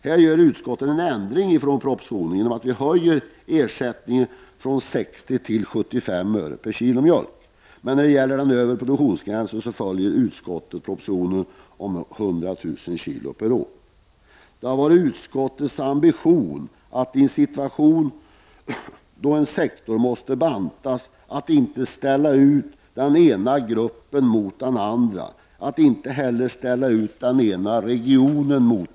Här gör vi i utskottet en ändring i förhållande till propositionen. Vi höjer ersättningen från 60 till 75 öre per kilo mjölk. Men när det gäller den övre produktionsgränsen följer vi propositionens förslag om 100 000 kilo per år. Det har varit utskottets ambition att i en situation där en sektor måste bantas ner inte ställa en grupp eller region mot en annan.